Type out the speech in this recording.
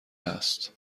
است